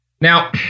Now